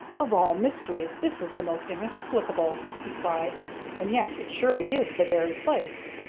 of all mysteries this is the most inexplicable! he cried and yet it surely is the very place.